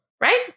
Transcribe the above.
Right